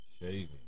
shaving